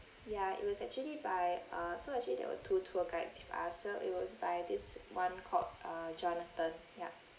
ya it was actually by uh so actually there were two tour guides I see ah so it was by this one called uh jonathan ya